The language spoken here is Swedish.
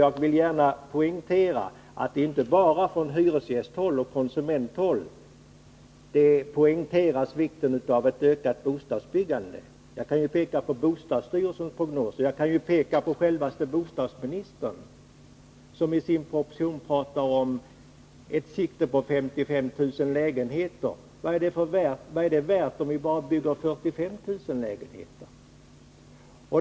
Jag vill gärna understryka att det inte är bara från hyresgästhåll och konsumenthåll man poängterar vikten av ett ökat bostadsbyggande. Jag kan peka på bostadsstyrelsens prognoser och på självaste bostadsministern, som i sin proposition siktar på 55 000 lägenheter. Vad är det värt, om vi bara bygger 45 000 lägenheter?